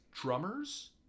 drummers